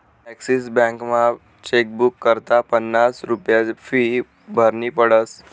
Axis बॅकमा chequebook करता पन्नास रुप्या फी भरनी पडस